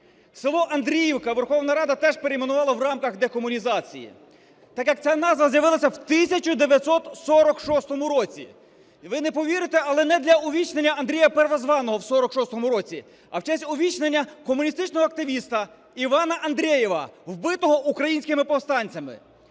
Село Андріївка Верховна Рада теж перейменувала в рамках декомунізації, так як ця назва з'явилася в 1946 році. І ви не повірите, але не для увічнення Андрія Первозваного в 1946 році, а в честь увічнення комуністичного активіста Івана Андрєєва, вбитого українськими повстанцями.